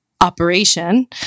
operation